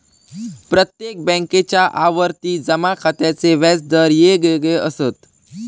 प्रत्येक बॅन्केच्या आवर्ती जमा खात्याचे व्याज दर येगयेगळे असत